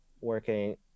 Working